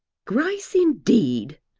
grice indeed!